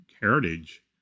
heritage